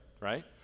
right